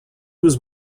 was